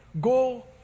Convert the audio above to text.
go